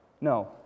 No